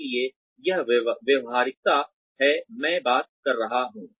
इसलिए यह व्यावहारिकता है मैं बात कर रहा हूं